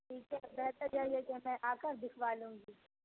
ٹھیک ہے بہتر یہی ہے کہ میں آ کر دکھا لوں گی